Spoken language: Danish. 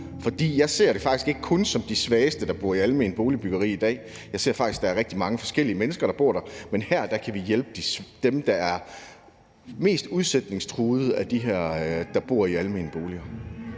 jeg ser det faktisk ikke kun sådan, at det er de svageste, der bor i alment boligbyggeri i dag. Jeg ser faktisk, at der er rigtig mange forskellige mennesker, der bor der, men her kan vi hjælpe nogle af dem i de almene boliger,